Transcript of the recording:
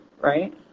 right